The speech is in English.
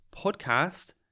podcast